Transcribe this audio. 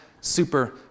super